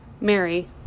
Mary